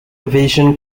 division